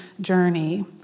journey